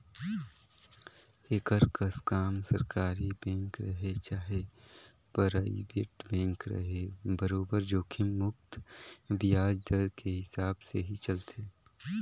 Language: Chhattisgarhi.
एकर कस काम सरकारी बेंक रहें चाहे परइबेट बेंक रहे बरोबर जोखिम मुक्त बियाज दर के हिसाब से ही चलथे